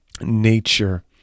nature